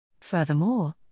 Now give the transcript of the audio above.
Furthermore